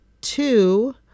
Two